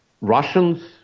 Russians